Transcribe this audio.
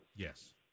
Yes